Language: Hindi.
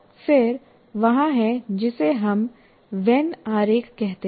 फिर वहाँ है जिसे हम वेन आरेख कहते हैं